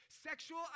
sexual